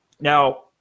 Now